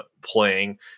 playing